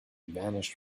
vanished